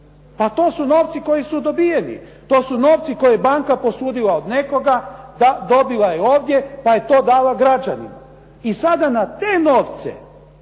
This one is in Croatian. Pa to su novci koji su dobiveni. To su novci koje je banka posudila od nekoga, da, dobila je ovdje pa je to dala građanima. I sada na te novce